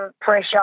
pressure